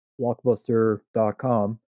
blockbuster.com